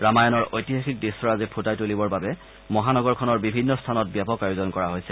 ৰামায়ণৰ ঐতিহাসিক দৃশ্যৰাজী ফুটাই তুলিবৰ বাবে মহানগৰখনৰ বিভিন্ন স্থানত ব্যাপক আয়োজন কৰা হৈছে